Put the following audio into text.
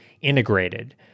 integrated